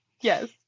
Yes